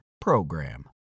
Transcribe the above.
PROGRAM